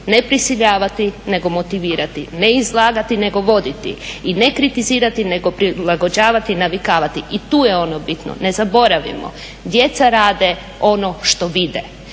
ne prisiljavati nego motivirati, ne izlagati nego voditi i ne kritizirati nego prilagođavati i navikavati. I tu je ono bitno, ne zaboravimo, djeca rade ono što vide.